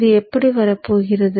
இது எப்படி வரப்போகிறது